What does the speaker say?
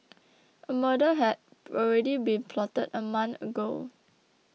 a murder had already been plotted a month ago